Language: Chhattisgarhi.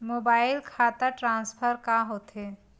मोबाइल खाता ट्रान्सफर का होथे?